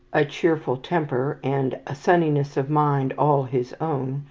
a cheerful temper, and a sunniness of mind all his own,